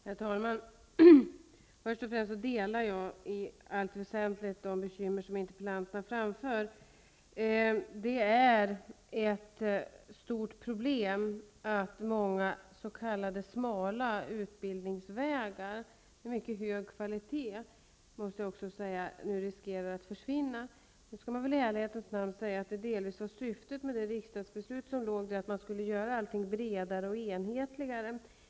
Herr talman! Jag vill först och främst säga att jag i allt väsentligt delar de bekymmer som interpellanten framför. Det är ett stort problem att många s.k. smala utbildningar med mycket hög kvalitet nu riskerar att försvinna. Nu skall man i ärlighetens namn säga att det delvis var syftet med det riksdagsbeslut som fattades att allting skulle göras bredare och enhetligare.